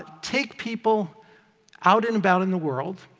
take people out and about in the world,